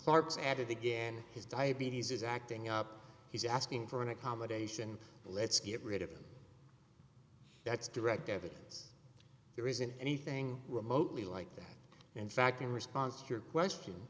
clark's added again his diabetes is acting up he's asking for an accommodation let's get rid of him that's direct evidence there isn't anything remotely like that in fact in response to your question